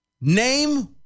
Name